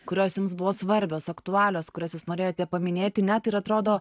kurios jums buvo svarbios aktualios kurias jūs norėjote paminėti net ir atrodo